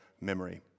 memory